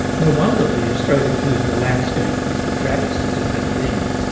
no wonder the australian political landscape is the drabbest it has ever been.